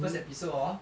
first episode hor